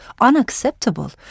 unacceptable